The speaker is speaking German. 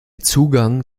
zugang